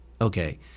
Okay